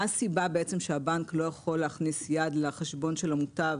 מה הסיבה שהבנק לא יכול להכניס יד לחשבון של המוטב